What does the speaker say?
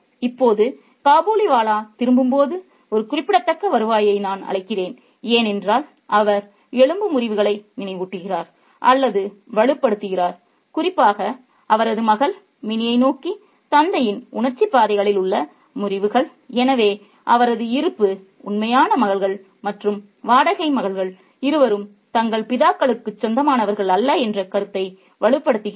இப்போது காபூலிவாலா திரும்பும்போது ஒரு குறிப்பிடத்தக்க வருவாயை நான் அழைக்கிறேன் ஏனென்றால் அவர் எலும்பு முறிவுகளை நினைவூட்டுகிறார் அல்லது வலுப்படுத்துகிறார் குறிப்பாக அவரது மகள் மினியை நோக்கி தந்தையின் உணர்ச்சிப் பாதைகளில் உள்ள முறிவுகள் எனவே அவரது இருப்பு உண்மையான மகள்கள் மற்றும் வாடகை மகள்கள் இருவரும் தங்கள் பிதாக்களுக்குச் சொந்தமானவர்கள் அல்ல என்ற கருத்தை வலுப்படுத்துகிறது